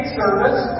service